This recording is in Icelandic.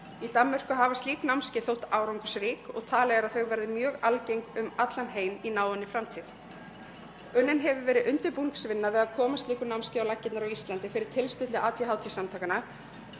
Í Danmörku hafa slík námskeið þótt árangursrík. Talið er að þau verði mjög algeng um allan heim í náinni framtíð. Unnin hefur verið undirbúningsvinna við að koma slíku námskeiði á laggirnar á Íslandi fyrir tilstilli ADHD-samtakanna.